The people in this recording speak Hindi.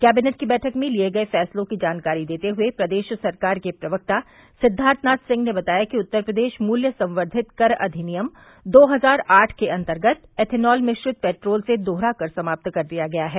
कैबिनेट की बैठक में लिये गये फैसलों की जानकारी देते हुए प्रदेश सरकार के प्रवक्ता सिद्वार्थनाथ सिंह ने बताया कि उत्तर प्रदेश मूल्य संवर्धित कर अधिनियम दो हजार आठ के अन्तर्गत एथेनाल मिश्रित पेट्रोल से दोहरा कर समाप्त कर दिया गया है